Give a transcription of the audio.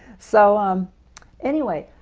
so um anyway,